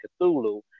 Cthulhu